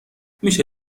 میشه